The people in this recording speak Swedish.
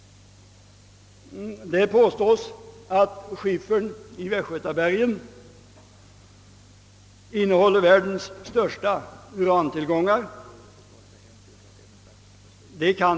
Det påstås att skiffern i västgötabergen innehåller världens största urantillgångar.